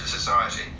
society